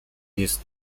jest